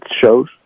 shows